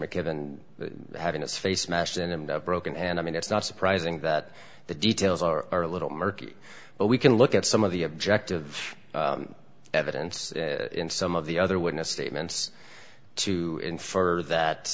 mckibben having his face smashed in and broken and i mean it's not surprising that the details are a little murky but we can look at some of the objective evidence in some of the other witness statements to infer that